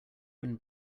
when